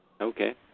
Okay